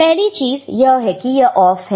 पहली चीज यह कि यह ऑफ है